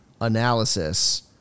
analysis